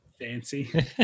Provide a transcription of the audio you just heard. fancy